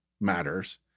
matters